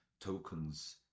tokens